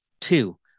Two